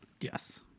Yes